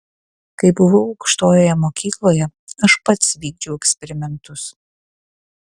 kai buvau aukštojoje mokykloje aš pats vykdžiau eksperimentus